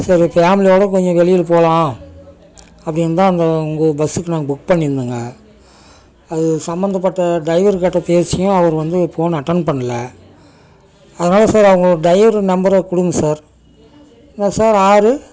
சரி ஃபேமிலியோட கொஞ்சம் வெளியில் போலாம் அப்படின்னுதான் அந்த உங்கள் பஸ்ஸுக்கு நாங்கள் புக் பண்ணியிருந்தோங்க அது சம்மந்தப்பட்ட டிரைவர்கிட்ட பேசியும் அவர் வந்து போனை அட்டன்ட் பண்ணல அதனால் சார் அவங்க டிரைவரு நம்பரை கொடுங்க சார் என்னா சார் ஆறு